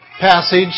passage